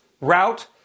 route